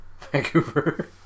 Vancouver